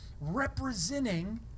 representing